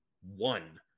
one